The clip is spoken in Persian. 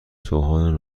سوهان